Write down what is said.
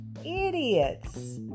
idiots